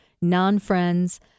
non-friends